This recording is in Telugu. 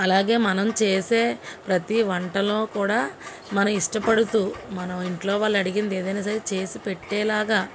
అలాగే మనం చేసే ప్రతీ వంటలో కూడా మనం ఇష్టపడుతూ మన ఇంట్లో వాళ్ళు అడిగిందేదైనా సరే చేసి పెట్టేలాగా